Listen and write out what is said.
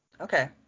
Okay